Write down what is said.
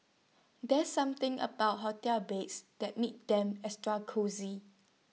there's something about hotel beds that makes them extra cosy